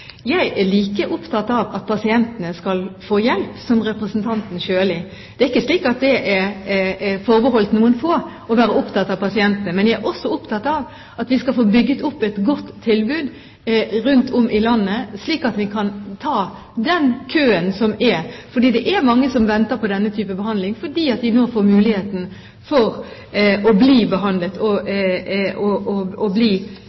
Jeg er like opptatt av at pasientene skal få hjelp som representanten Sjøli. Det er ikke slik at det er forbeholdt noen få å være opptatt av pasientene. Men jeg er også opptatt av at vi skal få bygget opp et godt tilbud rundt om i landet, slik at vi kan ta den køen som er. Det er mange som venter på denne type behandling, fordi de nå får muligheten til å bli behandlet og til å bli